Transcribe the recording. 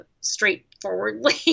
straightforwardly